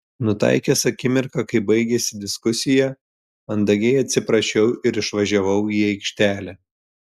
nutaikęs akimirką kai baigėsi diskusija mandagiai atsiprašiau ir išvažiavau į aikštelę